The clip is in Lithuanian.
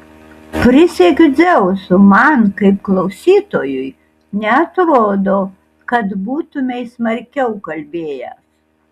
prisiekiu dzeusu man kaip klausytojui neatrodo kad būtumei smarkiau kalbėjęs